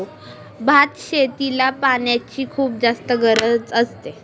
भात शेतीला पाण्याची खुप जास्त गरज असते